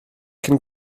cyn